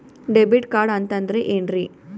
Debit card ಅಂತಂದ್ರೆ ಏನ್ರೀ?